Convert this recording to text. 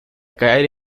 caer